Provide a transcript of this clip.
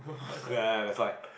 ya that's why